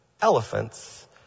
elephants